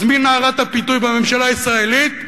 אז מי נערת הפיתוי בממשלה הישראלית?